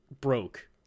broke